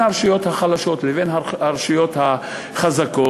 הרשויות החלשות לבין הרשויות החזקות,